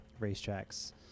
racetracks